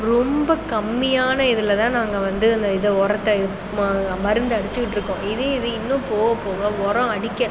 ரொம்ப கம்மியான இதில் தான் நாங்கள் வந்து அந்த இதை உரத்த மருந்தை அடிச்சுக்கிட்டு இருக்கோம் இது இது இன்னும் போக போக உரம் அடிக்க